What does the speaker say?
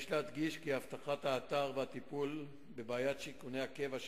יש להדגיש כי אבטחת האתר והטיפול בבעיית שיכוני הקבע של